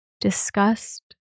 disgust